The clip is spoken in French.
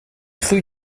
rue